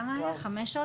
הישיבה ננעלה בשעה